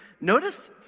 Notice